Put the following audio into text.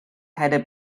headed